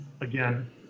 again